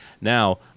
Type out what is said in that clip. now